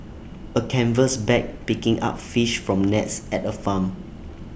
A canvas bag picking up fish from nets at A farm